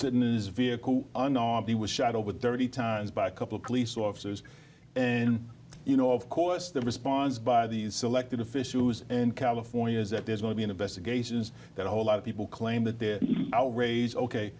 sitting in his vehicle and he was shot over thirty times by a couple of police officers and you know of course the response by these elected officials and california is that there's going to be investigations that a whole lot of people claim that they're outraged ok